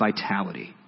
vitality